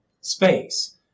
space